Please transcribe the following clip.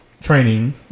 training